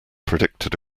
predicted